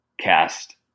cast